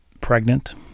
pregnant